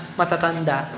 matatanda